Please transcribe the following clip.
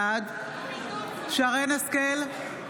בעד שרן מרים השכל,